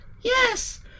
Yes